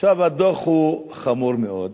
הדוח חמור מאוד.